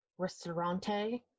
restaurante